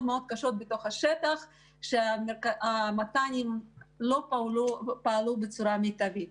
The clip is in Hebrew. קשות בשטח והמת"נים לא פעלו בצורה מיטבית.